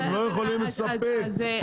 אתם לא יכולים לספק את הטיסה.